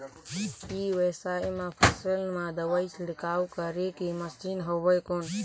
ई व्यवसाय म फसल मा दवाई छिड़काव करे के मशीन हवय कौन?